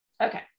Okay